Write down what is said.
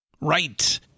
Right